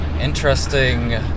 interesting